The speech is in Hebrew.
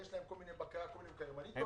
יש להם בקרה וכל מיני --- מה אתה מציע?